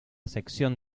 sección